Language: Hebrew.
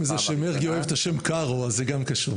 חוץ מזה שמרגי אוהב את השם קארו, אז זה גם קשור.